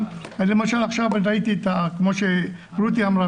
למשל עכשיו כמו שרותי אמרה,